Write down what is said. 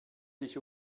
sich